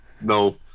no